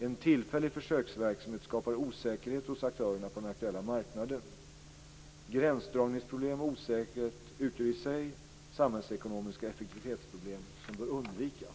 En tillfällig försöksverksamhet skapar osäkerhet hos aktörerna på den aktuella marknaden. Gränsdragningsproblem och osäkerhet utgör i sig samhällsekonomiska effektivitetsproblem som bör undvikas.